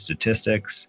Statistics